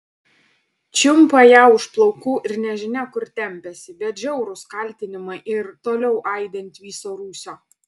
čiumpa ją už plaukų ir nežinia kur tempiasi bet žiaurūs kaltinimai ir toliau aidi ant viso rūsio